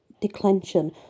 declension